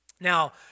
Now